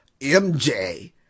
MJ